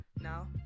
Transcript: Now